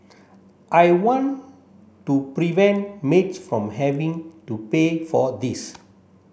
I want to prevent maids from having to pay for this